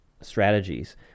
strategies